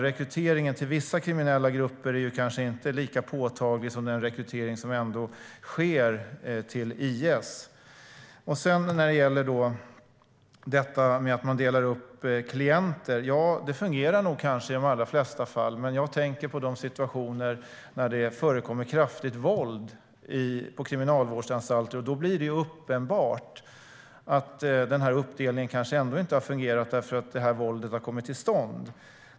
Rekryteringen till vissa kriminella grupper är kanske inte lika påtaglig som den rekrytering som ändå sker till IS. När det gäller detta med att dela upp klienter: Ja, det fungerar nog i de allra flesta fall, men jag tänker på de situationer där det förekommer kraftigt våld på kriminalvårdsanstalter. Där blir det uppenbart att uppdelningen inte har fungerat. Våldet har ju kommit till stånd.